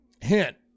Hint